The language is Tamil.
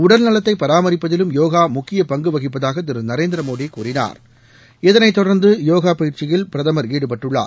உடல் நலத்தை பராமரிப்பதிலும் யோகா முக்கிய பங்கு வகிப்பதாக திரு நரேந்திர மோடி கூறினார் இதனைத் தொடர்ந்து யோகா பயிற்சியில் பிரதமர் ஈடுபட்டுள்ளார்